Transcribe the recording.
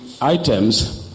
items